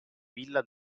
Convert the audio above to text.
villa